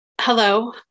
Hello